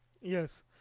Yes